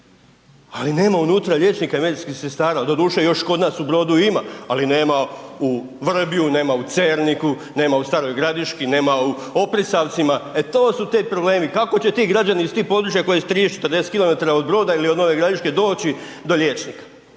ali nema unutra liječnika i medicinskih sestara, doduše još kod nas u Brodu ima, ali nema u Vrbju, nema u Cerniku, nema u Staroj Gradiški, nema u Oprisavcima, e to su ti problemi. Kako će ti građani ih tih područja koje su 30, 40 kilometara od Broda ili od Nove Gradiške doći do liječnika?